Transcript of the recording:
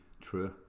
true